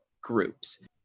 groups